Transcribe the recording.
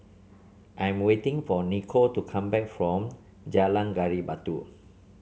I'm waiting for Niko to come back from Jalan Gali Batu